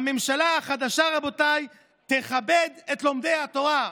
הממשלה החדשה, רבותיי, תכבד את לומדי התורה".